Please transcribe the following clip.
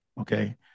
okay